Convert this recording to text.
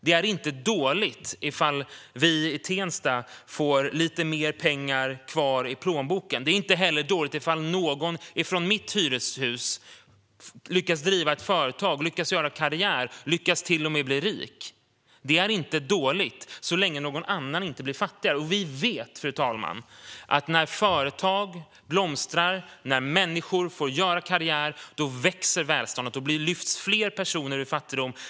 Det är inte dåligt om vi i Tensta får lite mer pengar kvar i plånboken. Det är inte heller dåligt om någon från det hyreshus där jag bor lyckas driva ett företag, lyckas göra karriär och till och med lyckas bli rik. Det är inte dåligt så länge någon annan inte blir fattigare. Fru talman! Vi vet att när företag blomstrar och människor får göra karriär växer välståndet. Då lyfts fler personer ur fattigdom.